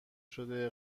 شده